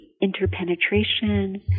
interpenetration